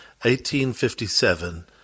1857